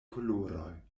koloroj